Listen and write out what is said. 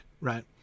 right